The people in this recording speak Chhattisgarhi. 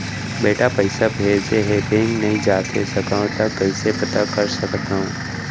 बेटा पइसा भेजे हे, बैंक नई जाथे सकंव त कइसे पता कर सकथव?